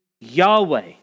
Yahweh